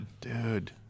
dude